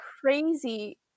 crazy